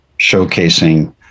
showcasing